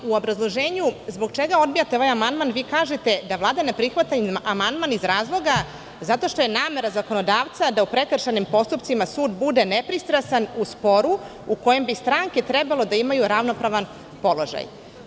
U obrazloženju, zbog čega odbijate ovaj amandman vi kažete - da Vlada ne prihvata amandman iz razloga što je namera zakonodavca da u prekršajnim postupcima sud bude nepristrasan u sporu u kojem bi stranke trebalo da imaju ravnopravan položaj.